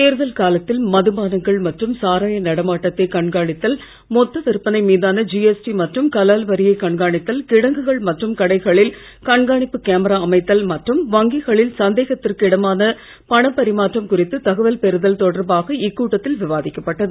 தேர்தல் காலத்தில் மதுபானங்கள் மற்றும் சாராய நடமாட்டத்தை கண்காணித்தல் மொத்த விற்பனை மீதான ஜிஎஸ்டி மற்றும் கலால் வரியை கண்காணித்தல் கிடங்குகள் மற்றும் கடைகளில் கண்காணிப்பு கேமரா அமைத்தல் மற்றும் வங்கிகளில் சந்தேகத்திற்கு இடமான பணபரிமாற்றம் குறித்து தகவல் பெறுதல் தொடர்பாக இக்கூட்டத்தில் விவாதிக்கப்பட்டது